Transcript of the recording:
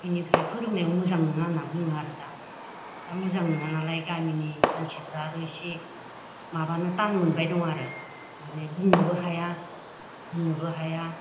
इनिफ्राय फोरोंनायाव मोजां नोङा होनना बुङो आरो दा दा मोजां नोङा नालाय गामिनि मानसिफोरा आरो इसे माबानो तान मोनबाय दं आरो माने बुंनोबो हाया होननोबो हाया